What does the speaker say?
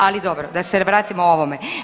Ali dobro, da se vratimo ovome.